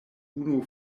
unu